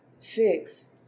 fix